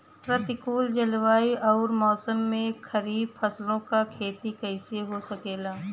प्रतिकूल जलवायु अउर मौसम में खरीफ फसलों क खेती कइसे हो सकेला?